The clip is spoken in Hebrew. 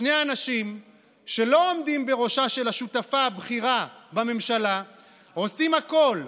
שני אנשים שלא עומדים בראשה של השותפה הבכירה בממשלה עושים הכול,